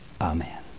Amen